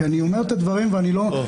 כי אני אומר את הדברים בשקיפות,